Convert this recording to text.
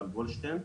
שאול גולדשטיין,